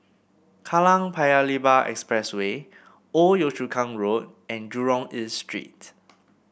Kallang Paya Lebar Expressway Old Yio Chu Kang Road and Jurong East Street